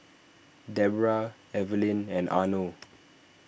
Deborrah Evelyn and Arno